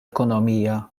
ekonomija